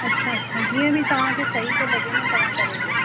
अच्छा अच्छा जीअं बि तव्हांखे सही थो लॻे न तव्हां करे ॾियो